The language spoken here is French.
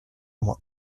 moi